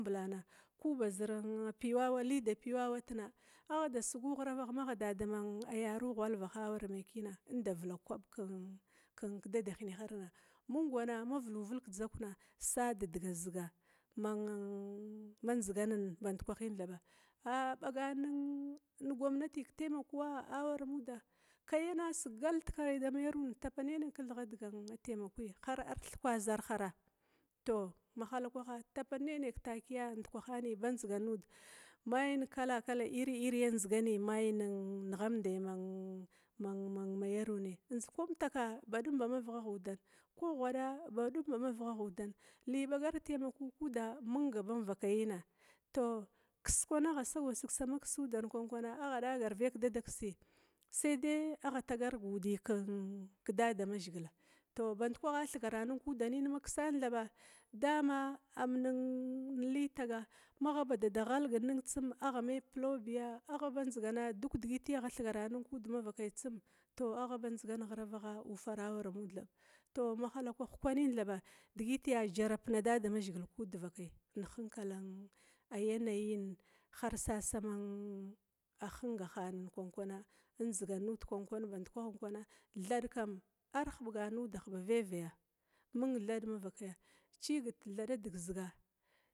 Kuba zir leda puwa wattena ada sugu ghiravagha magha da dama yaru ghwaluaha awara mai kina inda vilar ke kwab kedadahineharna, kwana ma vuluvul kedzakna sa dediga zig sa hineha, a bagan negwamnati ketaimaku amuda, kai masigal dekai dama yaruna tapannai kithigha taimakuni har arthukwa zarhara, tou mahalakwaha tapannai nai ketakia ndukwahani ba ndzigan nud, maya neria ndzigani nighamdai numdi man mana ma yaruni, kwamtaka ba dum ba ma vighagh udana, kwa ghwada ba dum ba ma vighagh udana, li bagar taimako kuda ba dum ba mung mavakaya, tou kis kwan agha sagaw sig damvakaya agha dagarvaya kedada kisi sadai a tagar ba kodi kedadamazhigil, to banda kwagha thigaranin kudam ma kisana, dama amli taga, magha ba dada ghalga nin tsum agah me plawbiya agha ba ndzi gana duk digiti agha thigaranin kud mavakaya tsum to agha ba ndzigan ghiravagha awara mud thab, tou tihila thaba digiti a jarabna dadamazhigil kud devakaya ma hinkala yanayi har sasaman hingahana kwan kwana, idzigan nud kwankwana, thad kam arhubugan nudah ba veveya, mung thad mavakaya cigit tediga ziga.